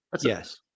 Yes